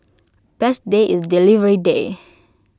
best day is delivery day